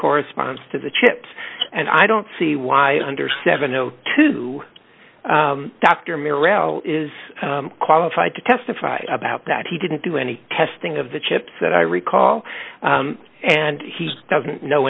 corresponds to the chips and i don't see why under seven o two dr mirabel is qualified to testify about that he didn't do any testing of the chips that i recall and he